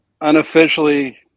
unofficially